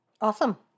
Awesome